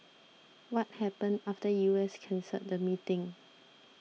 what happened after U S cancelled the meeting